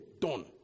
done